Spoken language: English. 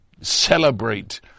celebrate